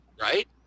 right